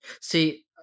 See